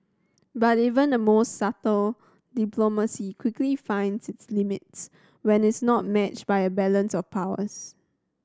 but even the most subtle diplomacy quickly finds its limits when is not matched by a balance of powers